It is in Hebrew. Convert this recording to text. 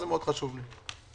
זה מאוד חשוב לי.